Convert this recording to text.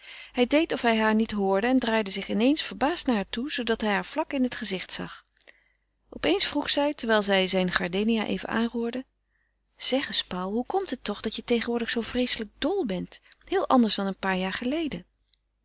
hij deed of hij haar niet hoorde en draaide zich ineens verbaasd naar haar toe zoodat hij haar vlak in het gezicht zag op eens vroeg zij terwijl zij zijne gardenia even aanroerde zeg eens paul hoe komt het toch dat je tegenwoordig zoo vreeselijk dol bent heel anders dan een paar jaar geleden